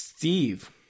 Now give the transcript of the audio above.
Steve